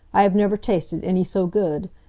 i have never tasted any so good.